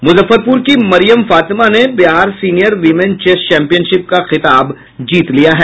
मुजफ्फरपुर की मरियम फातिमा ने Bihar senior women chess championship का खिताब जीत लिया है